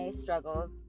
struggles